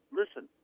listen